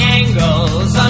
angles